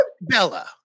Bella